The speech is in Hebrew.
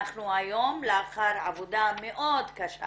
לאחר עבודה מאוד קשה